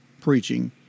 preaching